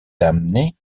damnée